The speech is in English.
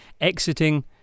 exiting